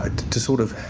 ah to sort of